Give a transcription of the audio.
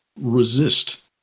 resist